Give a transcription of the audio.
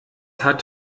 hat